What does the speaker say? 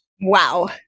Wow